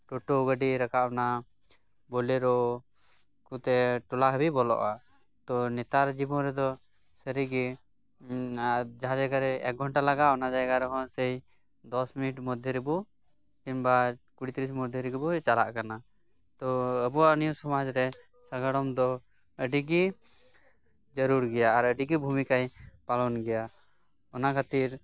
ᱴᱚᱴᱚ ᱜᱟᱹᱰᱤ ᱨᱟᱠᱟᱵᱮᱱᱟ ᱵᱳᱞᱮᱨᱚ ᱠᱚᱛᱮ ᱴᱚᱞᱟ ᱦᱟᱹᱵᱤᱡ ᱵᱚᱞᱚᱜᱼᱟ ᱛᱚ ᱱᱮᱛᱟᱨ ᱡᱤᱵᱚᱱ ᱨᱮᱫᱚ ᱥᱟᱹᱨᱤᱜᱤᱟᱨ ᱡᱟᱦᱟᱸ ᱡᱟᱭᱜᱟ ᱨᱮ ᱮᱠᱜᱷᱚᱱᱴᱟ ᱞᱟᱜᱟᱜᱼᱟ ᱚᱱᱟ ᱡᱟᱭᱜᱟ ᱨᱮᱦᱚᱸ ᱥᱮᱭ ᱫᱚᱥ ᱢᱤᱱᱤᱴ ᱢᱚᱫᱷᱮ ᱨᱮᱵᱩ ᱠᱤᱱᱵᱟ ᱠᱩᱲᱤ ᱛᱤᱨᱤᱥ ᱢᱚᱫᱷᱮ ᱨᱮᱜᱮᱵᱩ ᱪᱟᱞᱟᱜ ᱠᱟᱱᱟ ᱛᱚ ᱟᱵᱩᱣᱟᱜ ᱱᱤᱭᱟᱹ ᱥᱚᱢᱟᱡ ᱨᱮ ᱥᱟᱜᱟᱲᱚᱢ ᱫᱚ ᱟᱹᱰᱤᱜᱤ ᱡᱟᱹᱲᱩᱲ ᱜᱮᱭᱟ ᱟᱨ ᱟᱹᱰᱤᱜᱤ ᱵᱷᱩᱢᱤᱠᱟᱭ ᱯᱟᱞᱚᱱ ᱜᱮᱭᱟ ᱚᱱᱟ ᱠᱷᱟᱹᱛᱤᱨ